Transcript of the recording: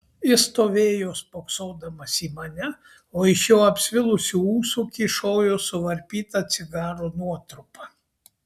jis stovėjo spoksodamas į mane o iš jo apsvilusių ūsų kyšojo suvarpyta cigaro nuotrupa